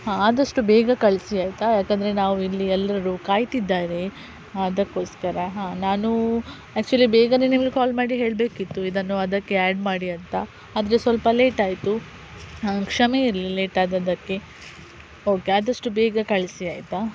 ಹಾಂ ಆದಷ್ಟು ಬೇಗ ಕಳಿಸಿ ಆಯಿತಾ ಯಾಕೆಂದ್ರೆ ನಾವು ಇಲ್ಲಿ ಎಲ್ಲರು ಕಾಯ್ತಿದ್ದಾರೆ ಅದಕ್ಕೋಸ್ಕರ ಹಾಂ ನಾನು ಆ್ಯಕ್ಚುಲಿ ಬೇಗನೆ ನಿಮಗೆ ಕಾಲ್ ಮಾಡಿ ಹೇಳಬೇಕಿತ್ತು ಇದನ್ನು ಅದಕ್ಕೆ ಆ್ಯಡ್ ಮಾಡಿ ಅಂತ ಆದರೆ ಸ್ವಲ್ಪ ಲೇಟ್ ಆಯಿತು ಕ್ಷಮೆ ಇರಲಿ ಲೇಟ್ ಆದದ್ದಕ್ಕೆ ಓಕೆ ಆದಷ್ಟು ಬೇಗ ಕಳಿಸಿ ಆಯಿತಾ